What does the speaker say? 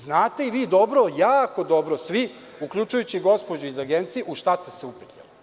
Znate i vi dobro, jako dobro svi, uključujući i gospođu iz Agencije, u šta ste se upetljali.